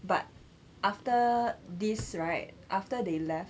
but after this right after they left